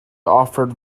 offered